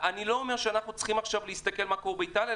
אני לא אומר שאנחנו צריכים עכשיו להסתכל מה קורה באיטליה,